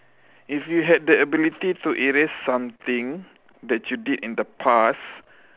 if you had the ability to erase something that you did in the past